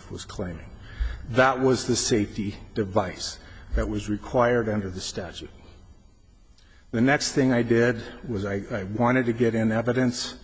ff was claiming that was the safety device that was required under the statute the next thing i did was i wanted to get in evidence